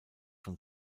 von